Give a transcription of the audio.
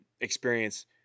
experience